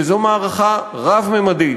וזו מערכה רב-ממדית,